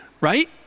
right